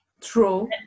True